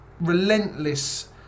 relentless